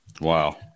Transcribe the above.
Wow